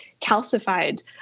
calcified